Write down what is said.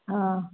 हां